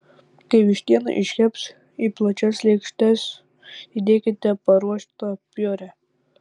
kai vištiena iškeps į plačias lėkštes įdėkite paruoštą piurė